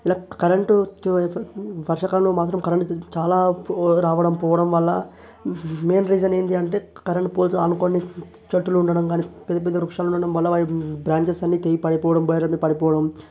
ఇలా కరెంట్తో వర్షాకాలంలో మాత్రం కరెంట్ చాలా రావడం పోవడం వల్ల మెయిన్ రీజన్ ఏంటి అంటే కరెంట్ పోల్స్ ఆనుకుని చెట్టులుండడం కాని పెద్ద పెద్ద వృక్షాలు ఉండడం వల్ల వ బ్రాంచెస్ అన్నీ తెగి పడిపోవడం వైర్ల మీద పడిపోవడం